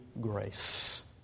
grace